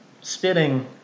spitting